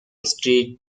street